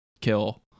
kill